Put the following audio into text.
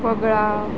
वगळा